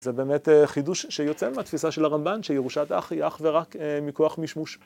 זה באמת חידוש שיוצא מהתפיסה של הרמבן שירושת אח היא אך ורק מכוח משמוש